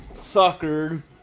soccer